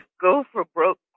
go-for-broke